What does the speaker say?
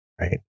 Right